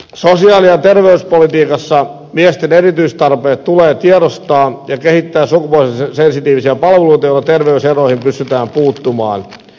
sosiaali ja terveyspolitiikassa miesten erityistarpeet tulee tiedostaa ja kehittää sukupuolisensitiivisiä palveluita joilla terveyseroihin pystytään puuttumaan